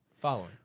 Following